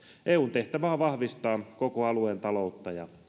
eun tehtävä on vahvistaa koko alueen taloutta ja